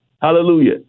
hallelujah